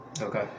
Okay